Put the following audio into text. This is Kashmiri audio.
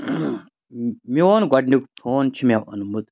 میون گۄڈنیُک فون چھُ مےٚ اوٚنمُت